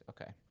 Okay